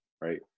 right